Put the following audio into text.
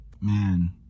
Man